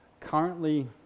currently